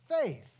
Faith